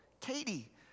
Katie